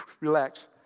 relax